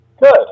Good